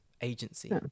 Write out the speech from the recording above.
agency